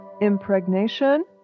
impregnation